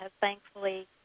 thankfully